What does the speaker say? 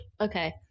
Okay